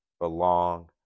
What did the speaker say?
belong